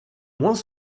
moins